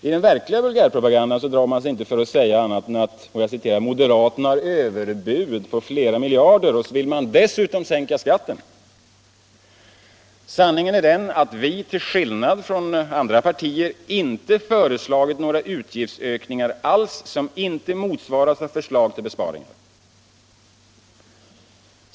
I den verkliga vulgärpropagandan drar man sig inte för att säga att moderaterna har överbud på flera miljarder och dessutom vill sänka skatten. Sanningen är att vi till skillnad från andra partier inte föreslagit några utgiftsökningar alls som inte motsvaras av förslag till besparingar.